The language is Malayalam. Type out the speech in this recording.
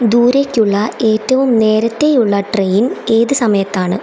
ദൂരേക്കുള്ള ഏറ്റവും നേരത്തെ ഉള്ള ട്രെയിൻ ഏത് സമയത്താണ്